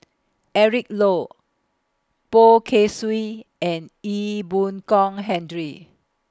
Eric Low Boh Kay Swee and Ee Boon Kong Hendry